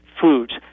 foods